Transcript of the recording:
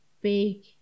big